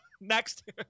Next